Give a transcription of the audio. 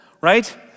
right